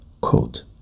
quote